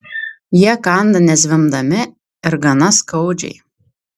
jie kanda nezvimbdami ir gana skaudžiai